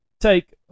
take